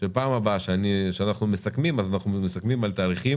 שבפעם הבאה שאנחנו מסכמים אז אנחנו מסכמים על תאריכים